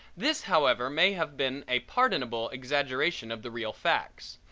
this, however, may have been a pardonable exaggeration of the real facts.